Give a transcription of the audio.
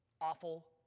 awful